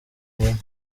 nyuma